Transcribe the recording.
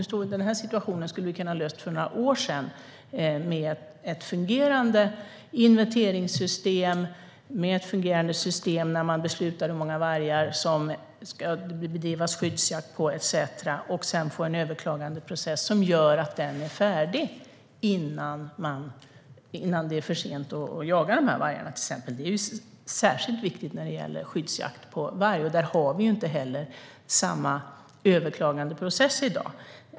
Den här situationen hade vi kunnat lösa för några år sedan med ett fungerande inventeringssystem och ett fungerande system där man beslutar hur många vargar som det ska bedrivas skyddsjakt på etcetera. Därefter får man en överklagandeprocess som gör att den är färdig innan det är för sent att till exempel jaga vargarna. Det är särskilt viktigt när det gäller skyddsjakt på varg. Där har vi inte heller samma överklagandeprocess i dag.